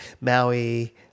Maui